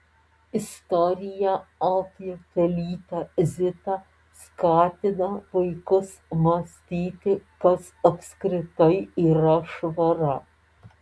istorija apie pelytę zitą skatina vaikus mąstyti kas apskritai yra švara